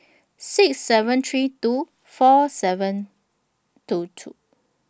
six seven three two four seven two two